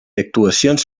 actuacions